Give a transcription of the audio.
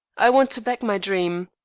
i want to back my dream.